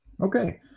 Okay